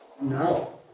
No